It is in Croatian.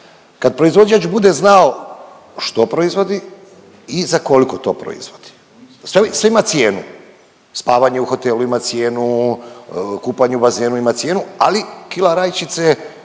kad proizvođač bude znao što proizvodi i za koliko to proizvodi. Sve ima cijenu, spavanje u hotelu ima cijenu, kupanje u bazenu ima cijenu, ali kila rajčice